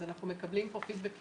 אז אנחנו מקבלים פידבקים